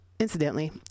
Incidentally